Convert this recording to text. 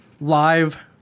live